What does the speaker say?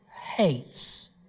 hates